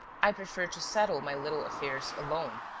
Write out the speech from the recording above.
i prefer to settle my little affairs alone.